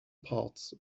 parts